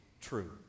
true